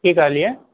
की कहलियै